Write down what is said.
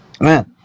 Man